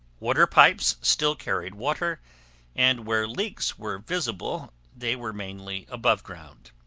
water pipes still carried water and where leaks were visible they were mainly above ground.